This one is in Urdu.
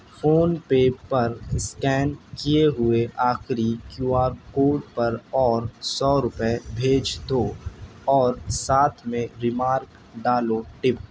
فونپے پر اسکین کیے ہوئے آخری کیو آر کوڈ پر اور سو روپئے بھیج دو اور ساتھ میں ریمارک ڈالو ٹپ